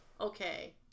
okay